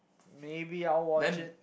maybe I'll watch it